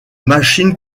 machine